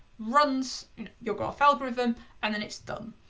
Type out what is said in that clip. runs your graph algorithm and then it's done.